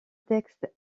texte